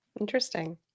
Interesting